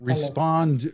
Respond